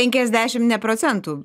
penkiasdešimt ne procentų